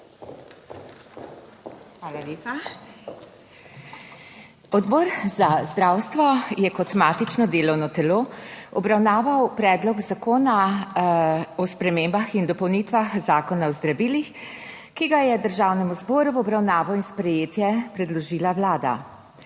Hvala lepa. Odbor za zdravstvo je kot matično delovno telo obravnaval Predlog zakona o spremembah in dopolnitvah Zakona o zdravilih, ki ga je Državnemu zboru v obravnavo in sprejetje predložila Vlada.